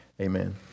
Amen